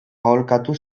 aholkatu